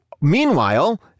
Meanwhile